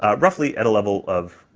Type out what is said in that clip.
ah roughly at a level of,